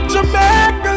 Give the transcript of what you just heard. Jamaica